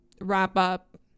wrap-up